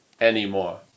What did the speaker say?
anymore